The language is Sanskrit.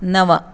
नव